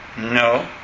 No